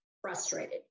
frustrated